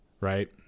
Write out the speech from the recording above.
right